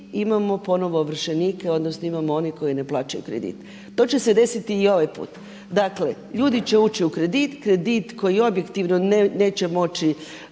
imamo ponovno ovršenike, odnosno imamo one koji ne plaćaju kredit. To će se desiti i ovaj put, dakle ljudi će ući u kredit, kredit koji objektivno neće moći